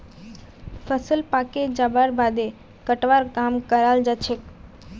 फसल पाके जबार बादे कटवार काम कराल जाछेक